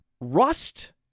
Rust